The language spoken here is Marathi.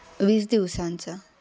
वीस दिवसांचा